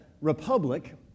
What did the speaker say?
Republic